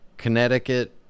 Connecticut